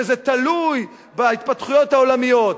שזה תלוי בהתפתחויות העולמיות.